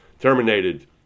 terminated